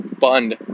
fund